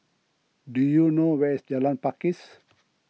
do you know where is Jalan Pakis